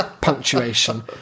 punctuation